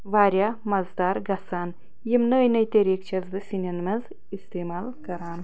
واریاہ مَزٕدار گَژھان یم نٔے نٔے طریقہٕ چھیٚس بہٕ سِنیٚن مَنٛز استعمال کران